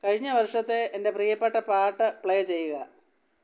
കഴിഞ്ഞ വർഷത്തെ എൻ്റെ പ്രിയപ്പെട്ട പാട്ട് പ്ലേ ചെയ്യുക